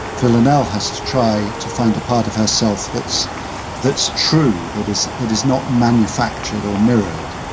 villanelle has to try to find a part of herself. that's that's true. that is that is not manufactured or mirrored.